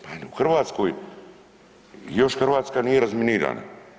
Pa u Hrvatskoj, još Hrvatska nije razminirana.